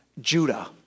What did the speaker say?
Judah